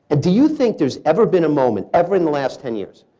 do you think there's ever been a moment, ever in the last ten years,